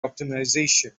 optimization